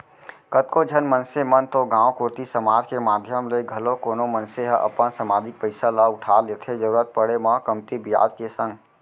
कतको झन मनसे मन तो गांव कोती समाज के माधियम ले घलौ कोनो मनसे ह अपन समाजिक पइसा ल उठा लेथे जरुरत पड़े म कमती बियाज के संग